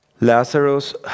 Lazarus